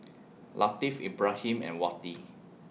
Latif Ibrahim and Wati